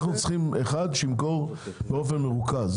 אנחנו צריכים אחד שימכור באופן מרוכז.